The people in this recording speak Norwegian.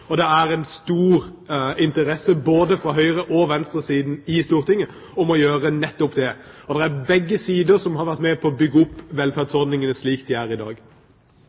og det er en stor interesse fra både høyre- og venstresiden i Stortinget om å gjøre nettopp det. Begge sider har vært med på å bygge opp velferdsordningene slik de er i dag.